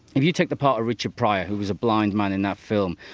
if you take the part of richard pryor, who was a blind man in that film,